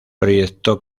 proyecto